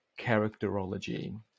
characterology